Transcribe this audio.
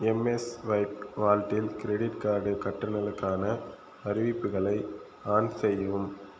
mSwipe வாலெட்டில் credit card கட்டணங்களுக்கான அறிவிப்புகளை ஆன் செய்யவும்